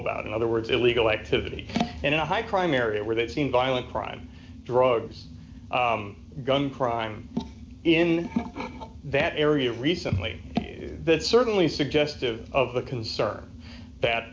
about in other words illegal activity in a high crime area where they've seen violent crime drugs gun crime in that area recently is that certainly suggestive of a concern that